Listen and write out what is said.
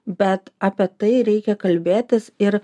bet apie tai reikia kalbėtis ir